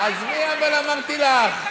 עזבי, אבל אמרתי לך.